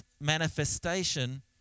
manifestation